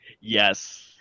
Yes